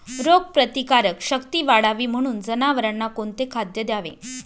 रोगप्रतिकारक शक्ती वाढावी म्हणून जनावरांना कोणते खाद्य द्यावे?